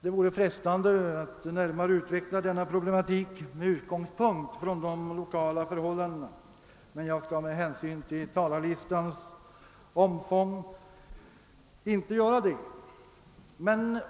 Det vore frestande att närmare utveckla denna problematik med utgångspunkt i de lokala förhållandena, men jag skall med hänsyn till talarlistans omfång inte göra det.